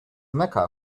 mecca